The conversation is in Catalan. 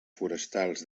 forestals